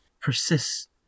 persists